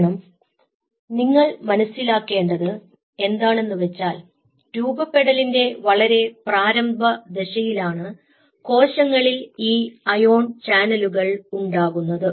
കാരണം നിങ്ങൾ മനസ്സിലാക്കേണ്ടത് എന്താണെന്നുവെച്ചാൽ രൂപപ്പെട ലിന്റെ വളരെ പ്രാരംഭ ദശയിലാണ് കോശങ്ങളിൽ ഈ അയോൺ ചാനലുകൾ ഉണ്ടാകുന്നത്